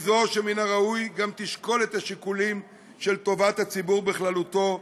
זו שמן הראוי שגם תשקול את השיקולים של טובת הציבור בכללותו,